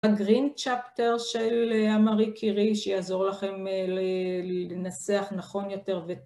הגרין צ'פטר של מארי קירי שיעזור לכם לנסח נכון יותר וטוב